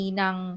ng